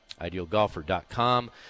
idealgolfer.com